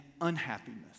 unhappiness